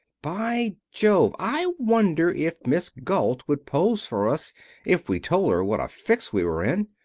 by jove! i wonder if miss galt would pose for us if we told her what a fix we were in.